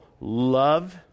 love